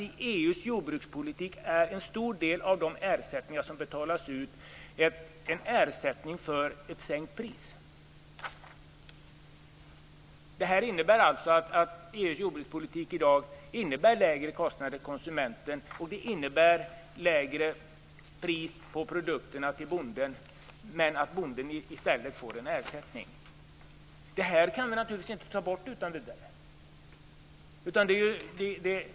I EU:s jordbrukspolitik är en stor del av de ersättningar som betalas ut ersättningar för ett sänkt pris. Därför innebär EU:s jordbrukspolitik i dag lägre kostnader för konsumenten och lägre pris på produkterna till bonden. I stället får bonden en ersättning. Det här kan vi naturligtvis inte ta bort utan vidare.